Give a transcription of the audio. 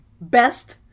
Best